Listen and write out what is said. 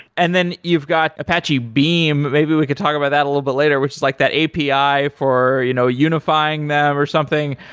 and then you've got apache beam, maybe we could talk about that a little bit later, which is like that api for you know unifying them or something.